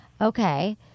Okay